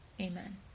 Amen